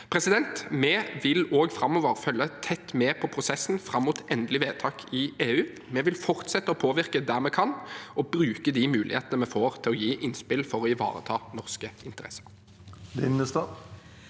forslag. Vi vil også framover følge tett med på prosessen fram mot endelig vedtak i EU. Vi vil fortsette å påvirke der vi kan, og bruke de mulighetene vi får til å gi innspill – for å ivareta norske interesser.